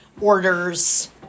orders